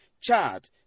Chad